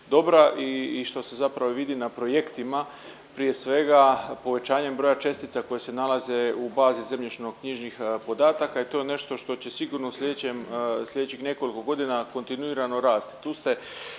i što se zapravo vidi na projektima prije svega povećanjem broja čestica koje se nalaze u fazi zemljišno-knjižnih podataka i to je nešto što će sigurno u slijedećem, slijedećih nekoliko godina kontinuirano rasti.